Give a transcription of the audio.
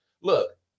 Look